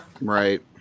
Right